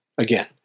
Again